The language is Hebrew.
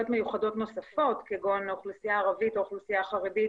מיוחדות נוספות כגון האוכלוסייה הערבית או האוכלוסייה החרדית